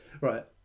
right